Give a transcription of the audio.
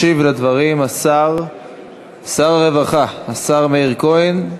ישיב על הדברים שר הרווחה, השר מאיר כהן,